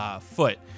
foot